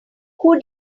who